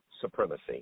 supremacy